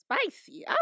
spicy